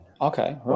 Okay